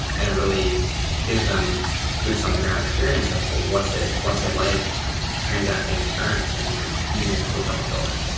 and it really gives them this boots on the ground experience of what's it what's it like transacting insurance and and using the tools that we're building.